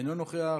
אינו נוכח,